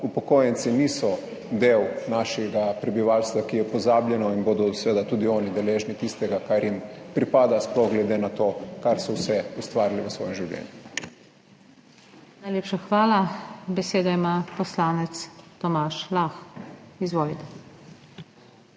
upokojenci niso del našega prebivalstva, ki je pozabljeno in bodo seveda tudi oni deležni tistega, kar jim pripada, sploh glede na to, kaj so vse ustvarili v svojem življenju. PODPREDSEDNICA NATAŠA SUKIČ: Najlepša hvala. Besedo ima poslanec Tomaž Lah. Izvolite.